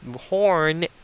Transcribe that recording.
horn